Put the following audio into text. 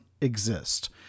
exist